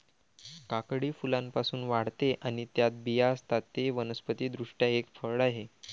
काकडी फुलांपासून वाढते आणि त्यात बिया असतात, ते वनस्पति दृष्ट्या एक फळ आहे